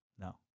No